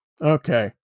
Okay